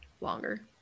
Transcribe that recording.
longer